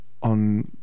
on